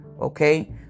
Okay